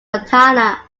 montana